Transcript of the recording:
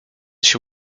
się